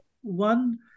one